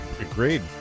Agreed